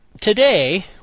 Today